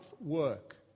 work